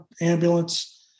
ambulance